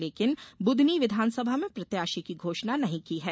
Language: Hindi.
लेकिन बुदनी विधानसभा में प्रत्याशी की घोषणा नहीं की है